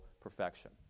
perfection